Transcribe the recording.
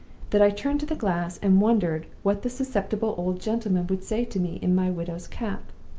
that i turned to the glass, and wondered what the susceptible old gentleman would say to me in my widow's cap.